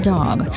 Dog